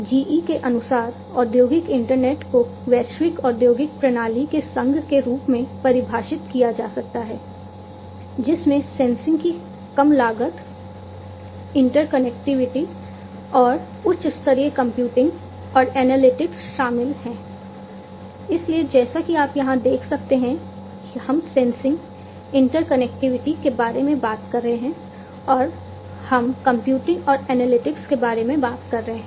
GE के अनुसार औद्योगिक इंटरनेट को वैश्विक औद्योगिक प्रणाली के संघ के रूप में परिभाषित किया जा सकता है जिसमें सेंसिंग के बारे में बात कर रहे हैं